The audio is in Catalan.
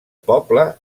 poble